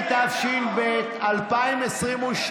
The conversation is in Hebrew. התשפ"ב 2022,